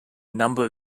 number